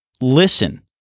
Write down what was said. listen